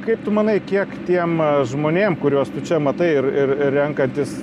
kaip tu manai kiek tiem žmonėm kuriuos tu čia matai ir ir renkantis